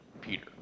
Peter